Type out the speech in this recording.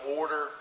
order